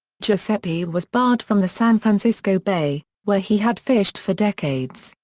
giuseppe was barred from the san francisco bay, where he had fished for decades,